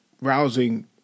rousing